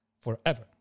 forever